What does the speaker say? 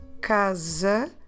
casa